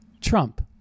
Trump